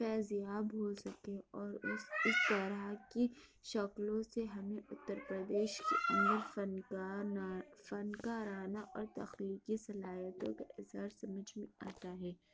فیضیاب ہو سکے اور اس طرح کی شکلوں سے ہمیں اتر پردیش کے اندر فنکاررنا فنکارانہ اور تخلیقی صلاحیتوں کے اظہار سمجھ میں آتا ہے